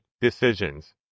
decisions